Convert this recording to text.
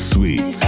Sweet